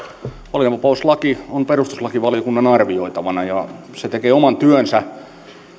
valinnanvapauslaki on perustuslakivaliokunnan arvioitavana ja se tekee oman työnsä